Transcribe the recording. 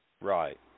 Right